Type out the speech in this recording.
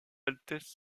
altesse